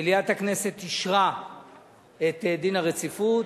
מליאת הכנסת אישרה את דין הרציפות,